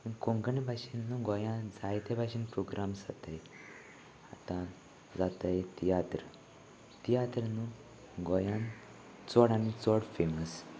कोंकणी भाशेन न्हू गोंया जायते भाशेन प्रोग्राम्स जाताय आतां जाताय तियात्र तियात्र न्हू गोंयान चड आनी चड फेमस